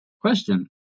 Question